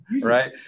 right